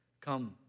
Come